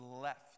left